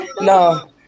No